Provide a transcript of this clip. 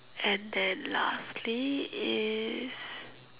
and then lastly is